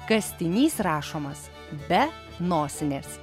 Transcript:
kastinys rašomas be nosinės